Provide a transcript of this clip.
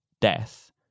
death